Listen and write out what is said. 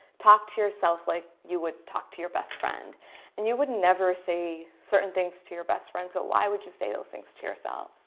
talk to yourself like you would talk to your best friend and you would never say certain things to your best friend so, why would you say those things to yourself?